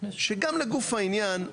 שגם לגוף העניין,